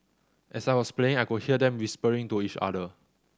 as I was playing I could hear them whispering to each other